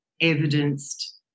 evidenced